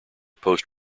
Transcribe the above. post